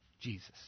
Jesus